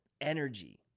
energy